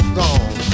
gone